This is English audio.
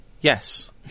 Yes